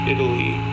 Italy